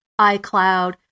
iCloud